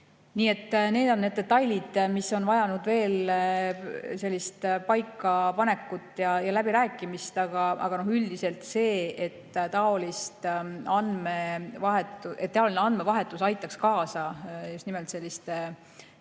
need on need detailid, mis on vajanud veel paikapanekut ja läbirääkimist. Aga üldiselt see, et taoline andmevahetus aitaks kaasa just nimelt väga